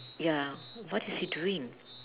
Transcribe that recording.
ya what is he doing